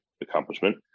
accomplishment